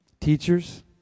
Teachers